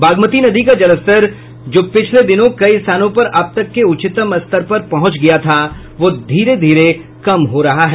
बागमती नदी का जलस्तर जो पिछले दिनों कई स्थानों पर अब तक के उच्चतम स्तर पर पहुंच गया था वह धीरे धीरे कम हो रहा है